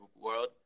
world